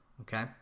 okay